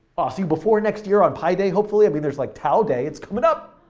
ah, see you before next year on pi day, hopefully. i mean, there's like tau day, it's coming up!